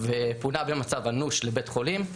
הוא פונה במצב אנוש לבית חולים,